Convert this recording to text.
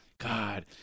God